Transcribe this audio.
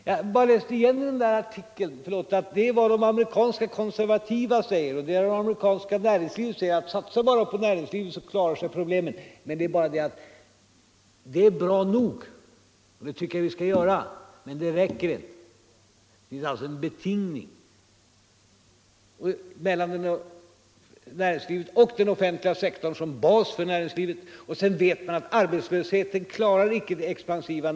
Jag har bara läst igenom artikeln, och det är vad de amerikanska konservativa säger, vad det amerikanska näringslivet säger, att satsar man bara på näringslivet så löser sig problemen. Det är bra, och det tycker jag att vi skall göra, men det räcker inte. Det är alltså en betingning mellan näringslivet och den offentliga sektorn som bas för näringslivet. Man vet att det expansiva näringslivet klarar icke arbetslösheten.